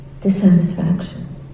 dissatisfaction